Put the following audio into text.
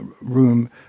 room